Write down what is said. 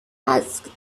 asked